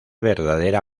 verdadera